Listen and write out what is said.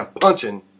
punching